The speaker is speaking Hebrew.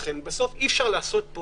בסוף אי אפשר לעשות פה